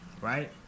right